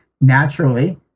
naturally